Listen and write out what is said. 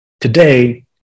Today